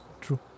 True